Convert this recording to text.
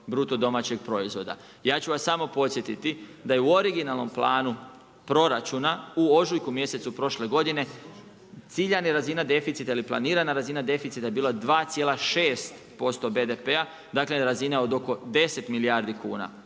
kuna ili 0,8% BDP-a. Ja ću vas smo podsjetiti da je u originalnom planu proračuna u ožujku mjesecu prošle godine ciljana razina deficita ili planirana razina deficita je bila 2,6% BDP-a, dakle razina od oko 10 milijardi kuna